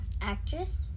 Actress